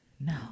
No